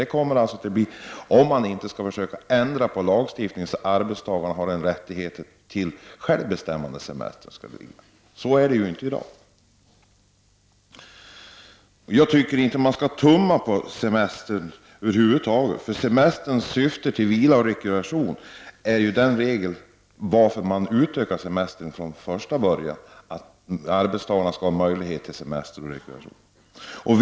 Så förblir det också, om man inte försöker ändra lagstiftningen så, att arbetstagaren får en rätt att själv bestämma när semestern skall tas ut. Jag tycker över huvud taget inte att man skall tumma på semesteruttaget. Syftet med semestern var ju från början att arbetstagarna skulle få möjlighet till vila och rekreation.